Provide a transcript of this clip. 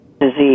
disease